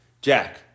Jack